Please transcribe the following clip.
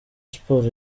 sports